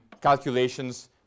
calculations